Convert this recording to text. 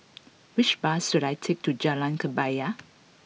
which bus should I take to Jalan Kebaya